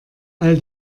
all